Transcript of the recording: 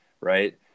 right